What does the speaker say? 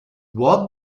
what